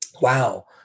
wow